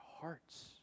hearts